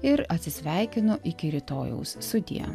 ir atsisveikinu iki rytojaus sudie